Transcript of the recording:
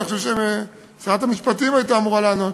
אני חושב ששרת המשפטים הייתה אמורה לענות,